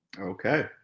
Okay